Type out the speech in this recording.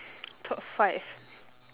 top five